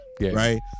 Right